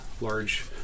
large